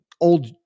old